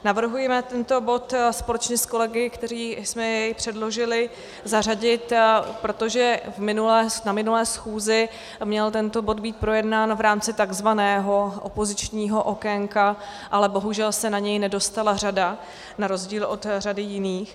Navrhujeme tento bod společně s kolegy, kteří jsme jej předložili, zařadit, protože na minulé schůzi měl tento bod být projednán v rámci tzv. opozičního okénka, ale bohužel se na něj nedostala řada, na rozdíl od řady jiných.